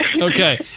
Okay